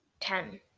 Ten